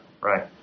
right